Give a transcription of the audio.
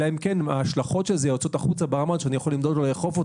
אלא אם כן ההשלכות של זה יוצאות החוצה ברמה שאני יכול למדוד בחוץ.